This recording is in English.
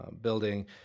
building